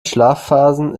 schlafphasen